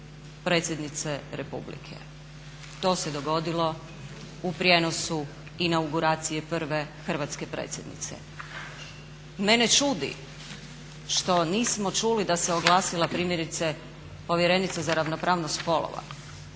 predsjednice Republike to se dogodilo u prijenosu inauguracije prve Hrvatske predsjednice. Mene čudi što nismo čuli da se oglasila primjerice povjerenica za ravnopravnost spolova,